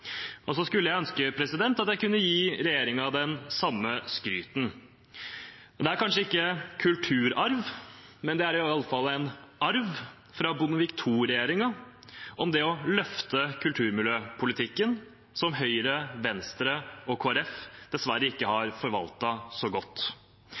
skulle ønske jeg kunne gi regjeringen det samme skrytet. Det er kanskje ikke kulturarv, men det er i alle fall en arv fra Bondevik II-regjeringen om det å løfte kulturmiljøpolitikken, som Høyre, Venstre og Kristelig Folkeparti dessverre ikke har